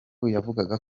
yavugaga